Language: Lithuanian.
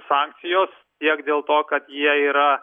sankcijos tiek dėl to kad jie yra